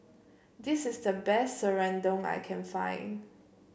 this is the best Serundong I can find